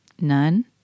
None